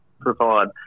provide